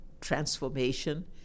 transformation